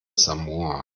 samoa